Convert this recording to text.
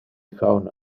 fauna